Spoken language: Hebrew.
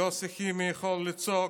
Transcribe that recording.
יוסי חימי יכול לצעוק,